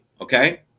okay